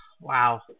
Wow